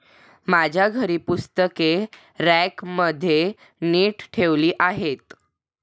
माझ्या घरी पुस्तके रॅकमध्ये नीट ठेवली आहेत